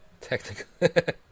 technical